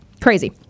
Crazy